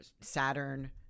Saturn